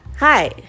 Hi